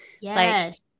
Yes